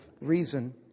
Reason